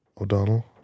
O'Donnell